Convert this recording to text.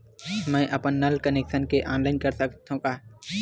मैं अपन नल कनेक्शन के ऑनलाइन कर सकथव का?